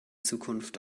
zukunft